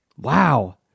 Wow